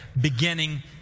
beginning